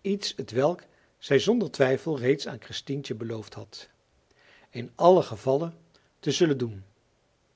iets t welk zij zonder twijfel reeds aan christientje beloofd had in allen gevalle te zullen doen